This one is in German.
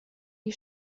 die